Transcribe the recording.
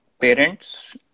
parents